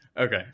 Okay